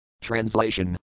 Translation